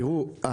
תראו,